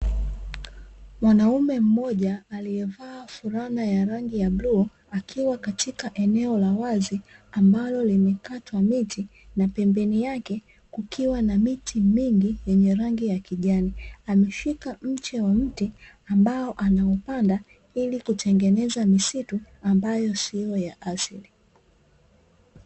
Mwanaume mmoja aliyevaa fulana ya rangi ya bluu, akiwa katika eneo la wazi, ambalo limekatwa miti, na pembeni yake kukiwa na miti mingi yenye rangi ya kijani, ameshika mche wa mti ambao anaupanda ili kutengeneza misitu, ambayo siyo ya asili.